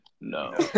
no